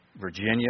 Virginia